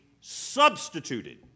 substituted